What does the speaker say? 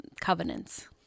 covenants